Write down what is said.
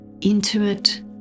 intimate